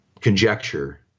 conjecture